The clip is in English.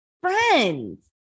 friends